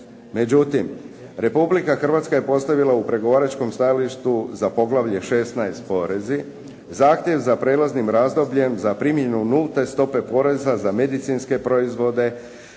Međutim, Republika Hrvatska je postavila u pregovaračkom stajalištu za poglavlje 16.-Porezi zahtjev za prelaznim razdobljem za primjenu nulte stope poreza za medicinske proizvode,